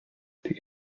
die